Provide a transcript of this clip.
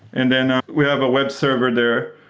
and then we have a web server there,